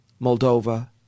Moldova